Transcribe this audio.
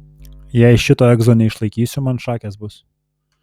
jei šito egzo neišlaikysiu man šakės bus